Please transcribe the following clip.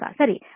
ಸಂದರ್ಶಕ ಸರಿ